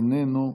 איננו,